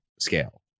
scale